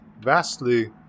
vastly